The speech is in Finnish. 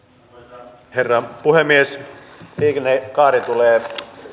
arvoisa herra puhemies liikennekaari tulee